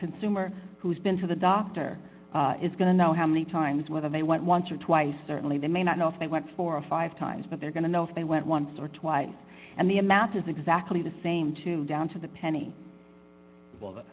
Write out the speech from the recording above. consumer who's been to the doctor is going to know how many times whether they went once or twice certainly they may not know if they went four or five times but they're going to know if they went once or twice and the amount is exactly the same too down to the penny